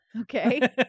Okay